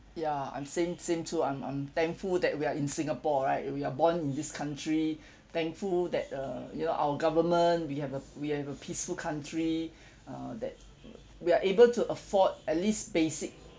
ya I'm saying same too I'm I'm thankful that we are in singapore right we are born in this country thankful that err you know our government we have a we have a peaceful country uh that we are able to afford at least basic